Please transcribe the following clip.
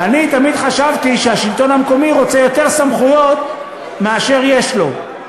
ואני תמיד חשבתי שהשלטון המקומי רוצה יותר סמכויות מאשר יש לו,